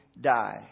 die